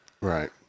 Right